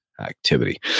activity